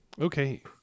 okay